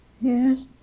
Yes